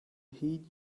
heed